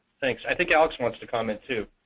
thanks. i think alex wants to comment, too.